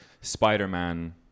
Spider-Man